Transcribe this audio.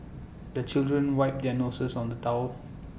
the children wipe their noses on the towel